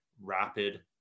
rapid